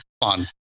fun